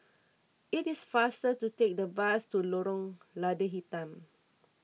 it is faster to take the bus to Lorong Lada Hitam